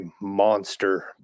monster